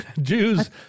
Jews